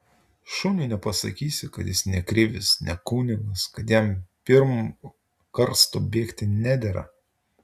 šuniui nepasakysi kad jis ne krivis ne kunigas kad jam pirm karsto bėgti nedera